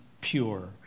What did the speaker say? pure